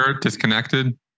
Disconnected